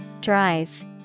Drive